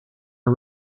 our